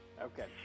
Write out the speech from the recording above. Okay